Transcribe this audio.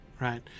right